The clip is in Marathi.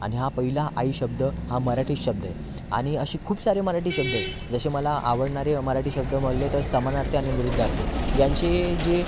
आणि हा पहिला आई शब्द हा हा मराठी शब्द आहे आणि असे खूप सारे मराठी शब्द आहेत जसे मला आवडणारे मराठी शब्द म्हटले तर समानार्थी आणि विरुद्धार्थी ज्यांचे जे